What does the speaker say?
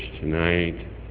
tonight